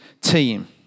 team